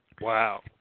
Wow